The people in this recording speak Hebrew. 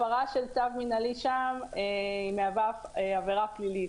הפרה של צו מינהלי שם מהווה עברה פלילית,